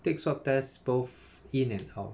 take swab test both in and out